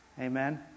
amen